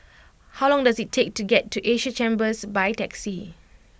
how long does it take to get to Asia Chambers by taxi